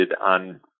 on